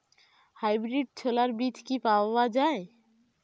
Hybrid ছোলার বীজ কি পাওয়া য়ায়?